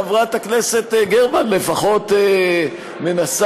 חברת הכנסת גרמן לפחות מנסה,